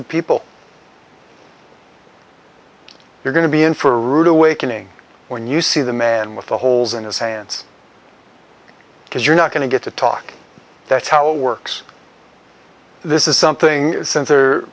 the people you're going to be in for a rude awakening when you see the man with the holes in his hands because you're not going to get to talk that's how it works this is something